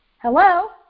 Hello